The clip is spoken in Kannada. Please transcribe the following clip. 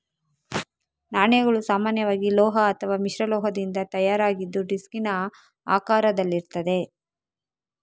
ನಾಣ್ಯಗಳು ಸಾಮಾನ್ಯವಾಗಿ ಲೋಹ ಅಥವಾ ಮಿಶ್ರಲೋಹದಿಂದ ತಯಾರಾಗಿದ್ದು ಡಿಸ್ಕಿನ ಆಕಾರದಲ್ಲಿರ್ತದೆ